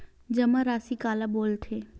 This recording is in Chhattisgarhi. जमा राशि काला बोलथे?